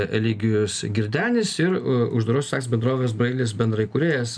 eligijus girdenis ir u uždarosios akcinės bendrovės brailis bendraįkūrėjas